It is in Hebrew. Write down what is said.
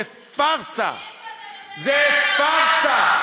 הצגה זה לספר לתושבי הצפון סיפורים,